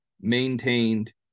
maintained